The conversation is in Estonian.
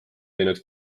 teinud